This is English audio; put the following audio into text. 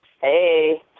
hey